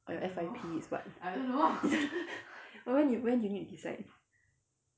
your F_Y_P is what but when when you need to decide